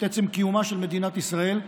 את עצם קיומה של מדינת ישראל,